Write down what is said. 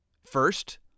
First